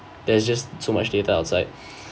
there's just so much data outside